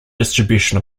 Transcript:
distribution